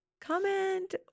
comment